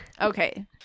okay